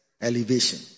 elevation